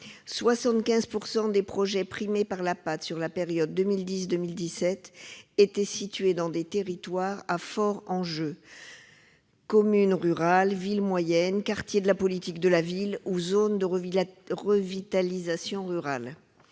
75 % des projets primés par la PAT sur la période 2010-2017 étaient situés dans des territoires à forts enjeux : communes rurales, villes moyennes, quartiers de la politique de la ville ou zones de revitalisation rurale.